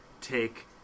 take